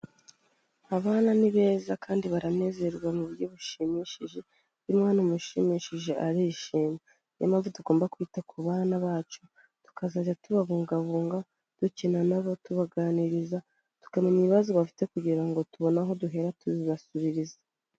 Abana ni beza kandi baranezerwa mu buryo bushimishije, iyo umwana umushimishije arishima, ni yo mpamvu tugomba kwita ku bana bacu, tukazajya tubabungabunga dukina na bo tubaganiriza, tukamenya ibibazo bafite kugira ngo tubone aho duhera tubibasubiriza.